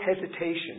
hesitation